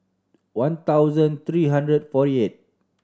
one thousand three hundred and forty eighth